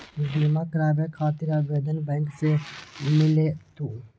बिमा कराबे खातीर आवेदन बैंक से मिलेलु?